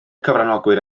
cyfranogwyr